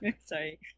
Sorry